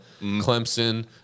Clemson